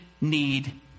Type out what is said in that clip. need